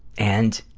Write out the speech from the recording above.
and,